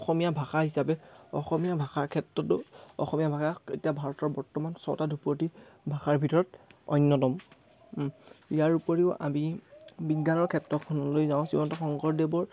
অসমীয়া ভাষা হিচাপে অসমীয়া ভাষাৰ ক্ষেত্ৰতো অসমীয়া ভাষাক এতিয়া ভাৰতৰ বৰ্তমান ছটা ধ্ৰুপদী ভাষাৰ ভিতৰত অন্যতম ইয়াৰ উপৰিও আমি বিজ্ঞানৰ ক্ষেত্ৰখনলৈ যাওঁ শ্ৰীমন্ত শংকৰদেৱৰ